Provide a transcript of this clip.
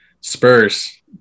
Spurs